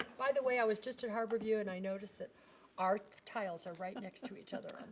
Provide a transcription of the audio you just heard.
by the way i was just at harbor view and i noticed that our tiles are right next to each other